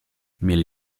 mieli